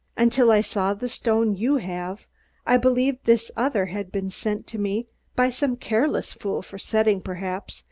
until i saw the stone you have i believed this other had been sent to me by some careless fool for setting, perhaps,